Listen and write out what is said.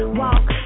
walk